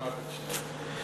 אני שמעתי את שניהם.